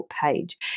page